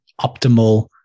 optimal